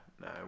no